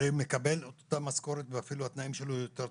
הוא הרי מקבל את אותה משכורת ואפילו התנאים שלו הם יותר טובים.